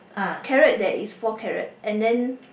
carrot there is four carrot and then